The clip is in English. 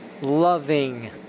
loving